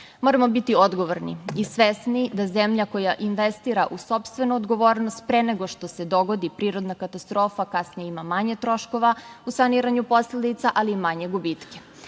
Gori. Moramo biti odgovorni i svesni da zemlja koja investira u sopstvenu odgovornost pre nego što se dogodi prirodna katastrofa kasnije ima manje troškova u saniranju posledica, ali i manje gubitke.